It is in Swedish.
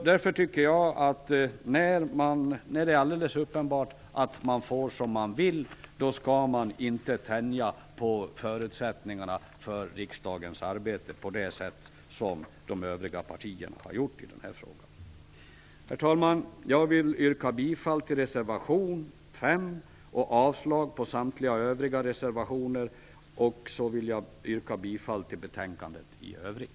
Därför tycker jag att man inte skall tänja på förutsättningarna för riksdagens arbete på det sätt som de övriga partierna har gjort i frågan när det är alldeles uppenbart att man får som man vill. Herr talman! Jag vill yrka bifall till reservation 5 och avslag på samtliga övriga reservationer. Jag vill yrka bifall till hemställan i betänkandet i övrigt.